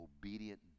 obedient